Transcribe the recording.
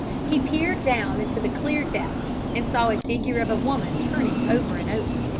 he peered down into the clear depths, and saw a figure of a woman turning over and over.